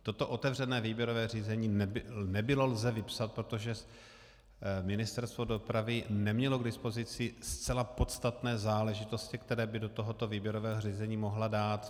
Toto otevřené výběrové řízení nebylo lze vypsat, protože Ministerstvo dopravy nemělo k dispozici zcela podstatné záležitosti, které by do tohoto výběrového řízení mohlo dát.